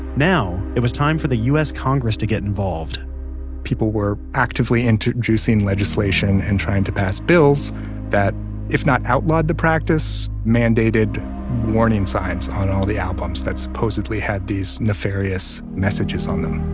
now, it was time for the us congress to get involved people were actively introducing legislation and trying to pass bills that if not outlawed the practice, mandated warning signs on all the albums that supposedly had these nefarious messages on them